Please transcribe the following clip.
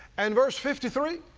and verse fifty three